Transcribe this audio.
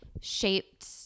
shaped